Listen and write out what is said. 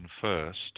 first